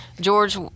George